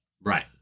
Right